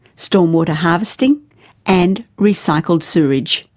stormwater harvesting and recycled sewage,